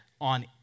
on